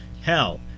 Hell